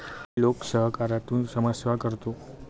मी लोकसहकारातून समाजसेवा करतो